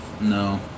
No